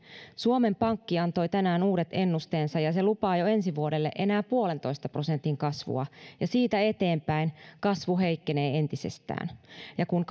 suomen pankki antoi tänään uudet ennusteensa ja se lupaa jo ensi vuodelle enää yhden pilkku viiden prosentin kasvua siitä eteenpäin kasvu heikkenee entisestään ja kun